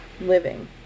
living